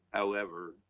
however,